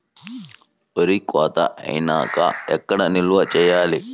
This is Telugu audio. వరి కోత అయినాక ఎక్కడ నిల్వ చేయాలి?